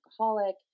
alcoholic